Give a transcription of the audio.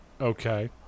Okay